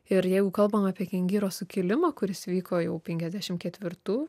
ir jeigu kalbam apie kengiro sukilimą kuris vyko jau penkiasdešim ketvirtų